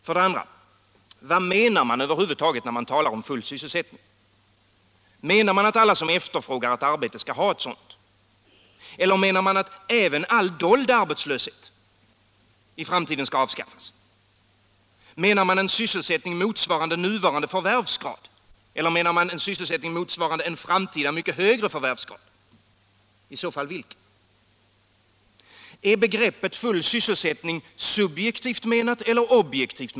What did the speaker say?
För det andra: Vad menar man när man talar om full sysselsättning? Menar man att alla som efterfrågar ett arbete också skall ha ett sådant? Eller menar man att också all dold arbetslöshet skall avskaffas? Menar man en sysselsättning motsvarande nuvarande förvärvsgrad? Eller en framtida högre förvärvsgrad? I så fall vilken? Är begreppet full sysselsättning subjektivt eller objektivt?